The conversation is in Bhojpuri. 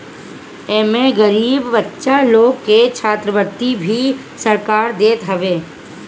एमे गरीब बच्चा लोग के छात्रवृत्ति भी सरकार देत हवे